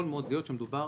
יכול מאוד להיות שמדובר